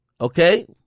Okay